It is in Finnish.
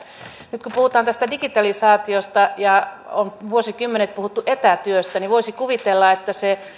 nyt kun puhutaan tästä digitalisaatiosta ja on vuosikymmenet puhuttu etätyöstä niin voisi kuvitella että se